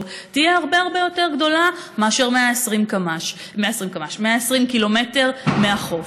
יהיו הרבה הרבה יותר גדולים מאשר 120 קילומטר מהחוף.